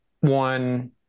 one